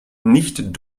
nicht